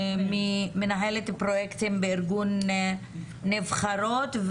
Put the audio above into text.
מנהלת פרויקטים בארגון נבחרות.